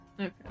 Okay